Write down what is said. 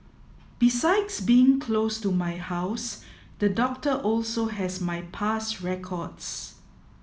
besides being close to my house the doctor also has my past records